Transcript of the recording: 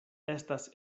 estas